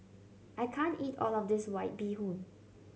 I can't eat all of this White Bee Hoon